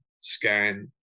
scan